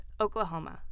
Oklahoma